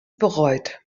bereut